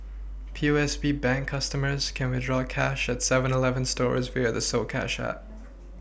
P O S B bank customers can withdraw cash at seven Eleven stores via the soCash app